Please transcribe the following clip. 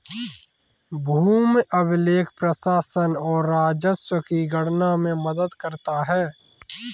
भूमि अभिलेख प्रशासन और राजस्व की गणना में मदद करता है